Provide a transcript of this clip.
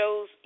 shows